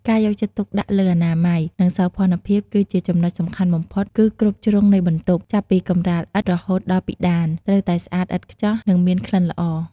ការយកចិត្តទុកដាក់លើអនាម័យ និងសោភ័ណភាពគឺជាចំណុចសំខាន់បំផុត គឺគ្រប់ជ្រុងនៃបន្ទប់ ចាប់ពីកម្រាលឥដ្ឋ រហូតដល់ពិដាន ត្រូវតែស្អាតឥតខ្ចោះ និងមានក្លិនល្អ។